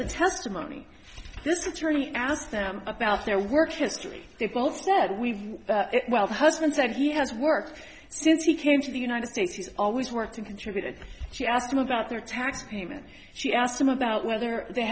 the testimony this attorney asked them about their work history they both said we well the husband said he has worked since he came to the united states he's always worked in contributed she asked him about their tax payment she asked him about whether they